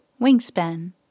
Wingspan